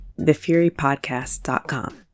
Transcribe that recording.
thefurypodcast.com